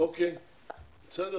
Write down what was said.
משרד